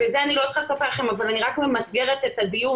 ואת זה אני לא צריכה לספר לכם אבל אני רק ממסגרת את הדיון,